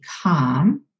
calm